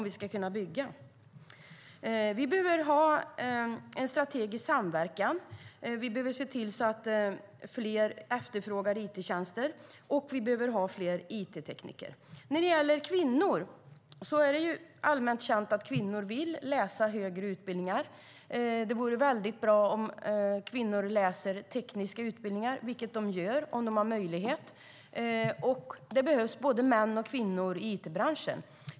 Vi behöver alltså ha en strategisk samverkan, vi behöver se till att fler efterfrågar it-tjänster, och vi behöver ha fler it-tekniker. Det är allmänt känt att kvinnor vill gå på högre utbildningar. Det vore mycket bra om kvinnor går tekniska utbildningar, vilket de gör om de har möjlighet. Det behövs både män och kvinnor i it-branschen.